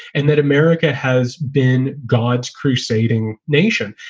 and that america has been god's crusading nation.